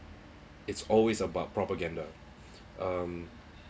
it's always about propaganda um